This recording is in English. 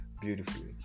beautifully